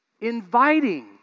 inviting